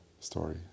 story